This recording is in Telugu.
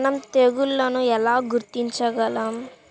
మనం తెగుళ్లను ఎలా గుర్తించగలం?